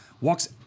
walks